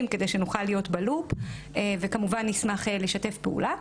כדי שנוכל להיות בלופ וכמובן נשמח לשתף פעולה.